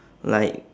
like